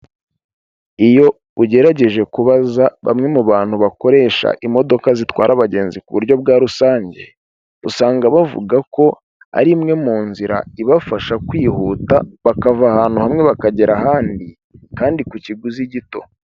Iyo ugerageje kubaza bamwe mu bantu bakoresha imodoka zitwara abagenzi ku buryo bwa rusange, usanga bavuga ko ari imwe mu nzira ibafasha kwihuta bakava ahantu hamwe bakagera ahandi kandi ku kiguzi gito.